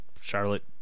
Charlotte